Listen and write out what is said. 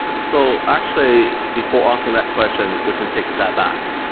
so actually, before answering that question, we can take a step back.